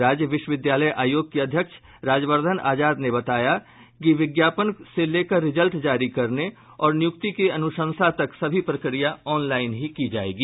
राज्य विश्वविद्यालय आयोग के अध्यक्ष राजवर्द्वन आजाद ने बताया कि विज्ञापन से लेकर रिजल्ट जारी करने और नियुक्ति की अनुशंसा तक सभी प्रक्रिया ऑनलाईन ही की जायेगी